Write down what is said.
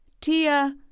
Tia